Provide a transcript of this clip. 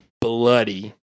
bloody